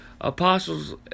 apostles